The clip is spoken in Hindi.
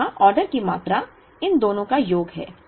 तो यहां ऑर्डर की मात्रा इन दोनों का योग है